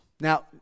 Now